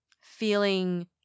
feeling